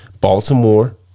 Baltimore